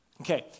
Okay